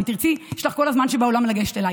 אם תרצי, יש לך כל הזמן שבעולם לגשת אליי.